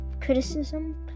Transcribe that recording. criticism